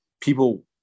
people